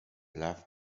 love